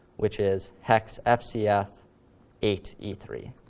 which is hex f c f eight e three.